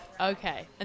Okay